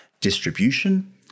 Distribution